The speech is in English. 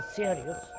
serious